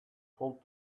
pulled